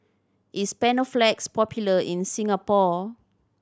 is Panaflex popular in Singapore